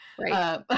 right